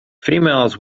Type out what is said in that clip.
females